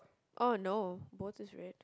oh no was is red